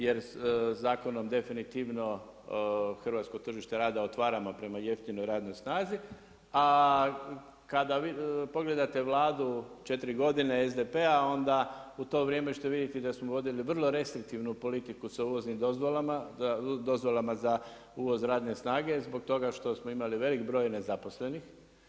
Jer zakonom definitivno hrvatsko tržište rada otvaramo prema jeftinoj radnoj snazi, a kada pogledate Vladu četiri godine SDP-a onda u to vrijeme ćete vidjeti da smo vodili vrlo restriktivnu politiku sa uvoznim dozvolama za uvoz radne snage zbog toga što smo imali velik broj nezaposlenih.